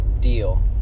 deal